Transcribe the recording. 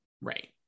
Right